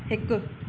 हिकु